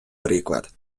приклад